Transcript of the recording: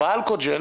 באלכוג'ל